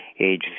age